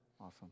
awesome